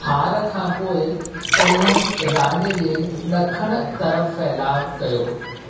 हार खां पोइ उन्हनि राॼ जे ॾखणु तरफ़ु फहिलाउ कयो